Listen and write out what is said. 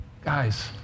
Guys